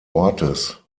ortes